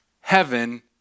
heaven